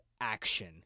action